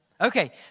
Okay